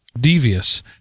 devious